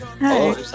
Hi